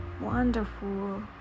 wonderful